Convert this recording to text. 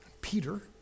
Peter